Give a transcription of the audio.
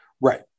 right